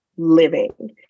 Living